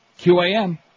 QAM